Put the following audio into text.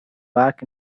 back